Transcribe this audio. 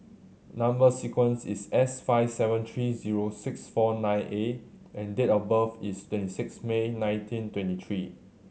number sequence is S five seven three zero six four nine A and date of birth is twenty six May nineteen twenty three